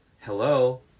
hello